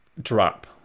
drop